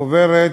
החוברת